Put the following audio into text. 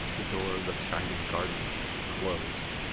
the door of the shining garden was closed.